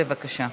בבקשה.